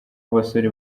abasore